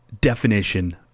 definition